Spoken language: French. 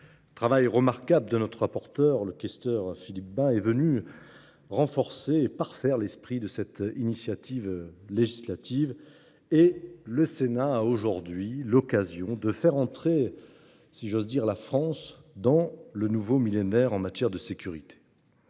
son travail remarquable, notre rapporteur, le questeur Philippe Bas, est venu renforcer et parfaire l'esprit de cette initiative législative. Le Sénat a ainsi l'occasion de faire entrer la France dans le nouveau millénaire en matière de sécurité.